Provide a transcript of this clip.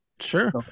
sure